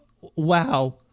wow